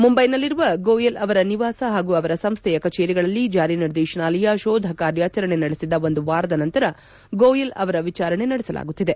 ಮುಂಬೈನಲ್ಲಿರುವ ಗೋಯಲ್ ಅವರ ನಿವಾಸ ಹಾಗೂ ಅವರ ಸಂಸ್ಥೆಯ ಕಚೇರಿಗಳಲ್ಲಿ ಚಾರಿನಿರ್ದೇಶನಾಲಯ ಶೋಧ ಕಾರ್ಯಾಚರಣೆ ನಡೆಸಿದ ಒಂದು ವಾರದ ನಂತರ ಗೋಯಲ್ ಅವರ ವಿಚಾರಣೆ ನಡೆಸಲಾಗುತ್ತಿದೆ